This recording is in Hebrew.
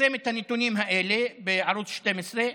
פרסם את הנתונים האלה בערוץ 12: